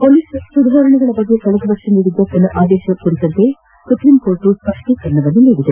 police ಸುಧಾರಣೆಗಳ ಬಗ್ಗೆ ಕಳೆದ ವರ್ಷ ನೀಡಿದ್ದ ತನ್ನ ಆದೇಶದ ಕುರಿತಂತೆ ಸುಪ್ರೀಂಕೋರ್ಟ್ ಸ್ಪಷ್ಟೀಕರಣ ನೀಡಿದೆ